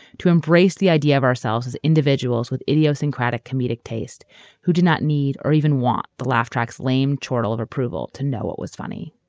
to embrace the idea of ourselves as individuals with idiosyncratic comedic taste who did not need or even want the laugh track's lame chortle of approval to know what was funny.